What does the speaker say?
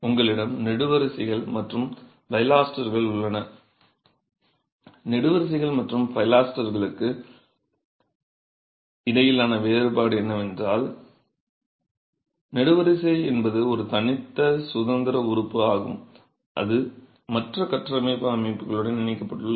உங்களிடம் நெடுவரிசைகள் மற்றும் பைலாஸ்டர்கள் உள்ளன நெடுவரிசைகள் மற்றும் பைலஸ்டர்களுக்கு இடையிலான வேறுபாடு என்னவென்றால் நெடுவரிசை என்பது ஒரு தனித்த சுதந்திர உறுப்பு ஆகும் இது மற்ற கட்டமைப்பு அமைப்புகளுடன் இணைக்கப்பட்டுள்ளது